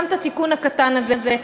גם את התיקון הקטן הזה,